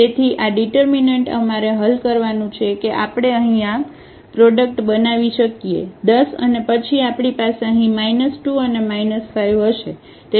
તેથી આ ડીટરમીનન્ટ અમારે હલ કરવાનું છે કે આપણે અહીં આ પ્રોડક્ટ બનાવી શકીએ 10 અને પછી આપણી પાસે અહીં 2 અને 5 હશે